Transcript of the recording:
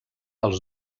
els